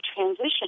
transition